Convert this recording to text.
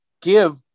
give